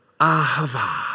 Ahava